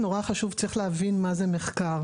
אבל אני חושבת שצריך להבין מה זה מחקר,